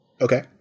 okay